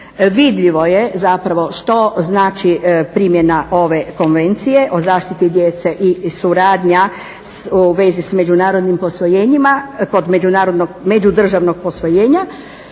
vidljivo je zapravo što znači primjena ove Konvencije o zaštiti djece i suradnja u vezi s međunarodnim posvojenjima kod međudržavnog posvojenja.